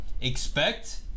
expect